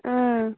ꯑꯥ